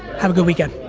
have a good weekend.